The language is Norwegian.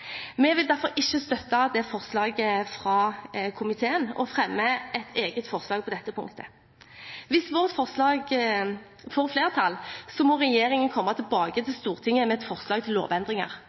Vi vil derfor ikke støtte det forslaget fra komiteen og fremmer et eget forslag på dette punktet. Hvis vårt forslag får flertall, må regjeringen komme tilbake til Stortinget og fremme et forslag til lovendringer.